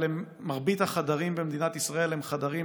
אבל מרבית החדרים במדינת ישראל הם חדרים